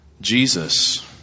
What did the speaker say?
Jesus